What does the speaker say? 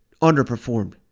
underperformed